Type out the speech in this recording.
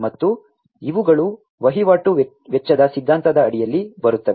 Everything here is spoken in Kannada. ಮತ್ತು ಇವುಗಳು ವಹಿವಾಟು ವೆಚ್ಚದ ಸಿದ್ಧಾಂತದ ಅಡಿಯಲ್ಲಿ ಬರುತ್ತವೆ